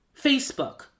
Facebook